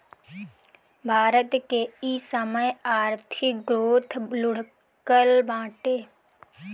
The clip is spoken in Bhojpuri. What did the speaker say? भारत के इ समय आर्थिक ग्रोथ लुढ़कल बाटे